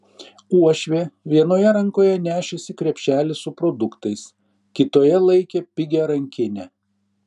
uošvė vienoje rankoje nešėsi krepšelį su produktais kitoje laikė pigią rankinę